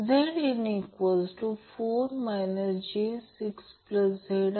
आता उदाहरण 4 R 50 Ω L 0